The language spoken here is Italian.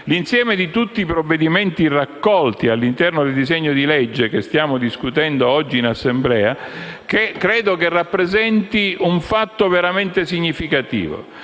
L'insieme di tutti i provvedimenti raccolti all'interno del disegno di legge che stiamo discutendo oggi in Assemblea credo rappresenti un fatto veramente significativo.